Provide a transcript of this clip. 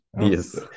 Yes